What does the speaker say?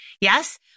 Yes